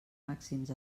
màxims